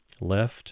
left